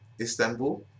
Istanbul